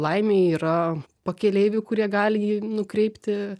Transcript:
laimei yra pakeleivių kurie gali jį nukreipti